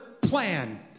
plan